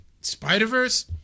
Spider-Verse